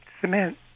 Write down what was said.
cement